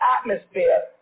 atmosphere